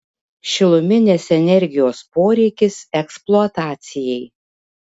šiluminės energijos poreikis eksploatacijai